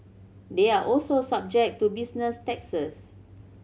they are also subject to business taxes